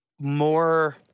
more